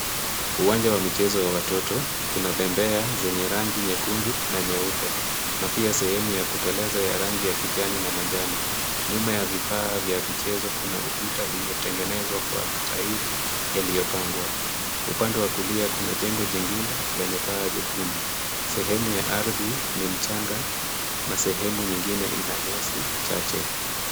Uwanja wa michezo wa watoto kuna bembea zenye rangi nyekundu na nyeupe, na pia sehemu ya kuteleza ya rangi ya kijani na manjano. Nyuma ya vifaa vya michezo kuna ukuta iliyotengenezwa kwa matairi yaliyopangwa. Upande wa kulia kuna jengo jingine lenye paa jekundu. Sehemu ya ardhi ni mchanga na sehemu nyingine ina nyasi chache.